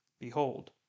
behold